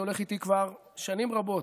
שהולך איתי כבר שנים רבות,